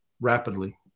rapidly